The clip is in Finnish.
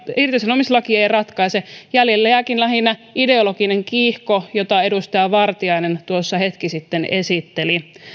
irtisanomislaki ei ratkaise jäljelle jääkin lähinnä ideologinen kiihko jota edustaja vartiainen tuossa hetki sitten esitteli